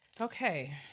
Okay